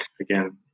again